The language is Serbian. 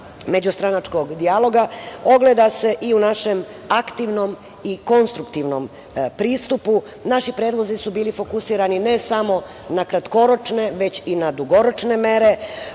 međustranačkog dijaloga ogleda se i u našem aktivnom i konstruktivnom pristupu. Naši predlozi su bili fokusirani ne samo na kratkoročne već i na dugoročne mere,